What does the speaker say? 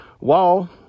wall